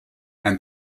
and